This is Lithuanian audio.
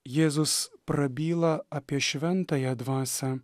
jėzus prabyla apie šventąją dvasią